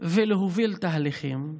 ולהוביל תהליכים.